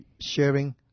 sharing